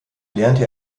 lernte